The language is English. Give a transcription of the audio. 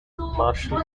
marshall